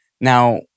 Now